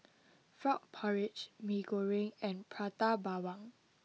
frog porridge Mee Goreng and Prata Bawang